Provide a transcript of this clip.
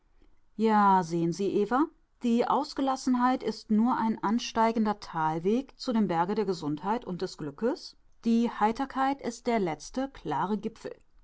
ja sehen sie eva die ausgelassenheit ist nur ein ansteigender talweg zu dem berge der gesundheit und des glückes die heiterkeit ist der letzte klare gipfel